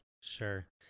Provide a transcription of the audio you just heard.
Sure